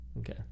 okay